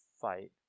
fight